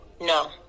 no